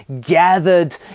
gathered